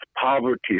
poverty